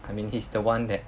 I mean he's the one that